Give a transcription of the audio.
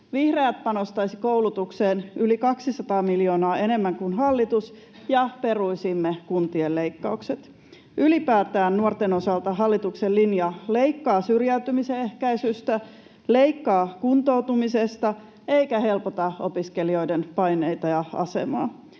Vihreät panostaisivat koulutukseen yli 200 miljoonaa enemmän kuin hallitus, ja peruisimme kuntien leikkaukset. Ylipäätään nuorten osalta hallituksen linja leikkaa syrjäytymisen ehkäisystä ja leikkaa kuntoutumisesta eikä helpota opiskelijoiden paineita ja asemaa.